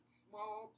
small